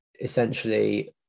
essentially